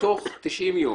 תוך 90 ימים,